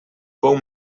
fou